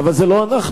אבל זה לא אנחנו,